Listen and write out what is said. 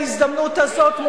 בהזדמנות הזאת,